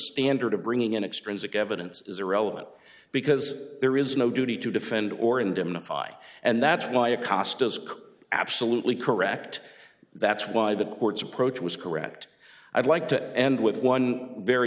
standard of bringing in extremes of evidence is irrelevant because there is no duty to defend or indemnify and that's why a cost as absolutely correct that's why the courts approach was correct i'd like to end with one very